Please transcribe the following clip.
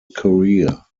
career